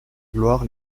gloire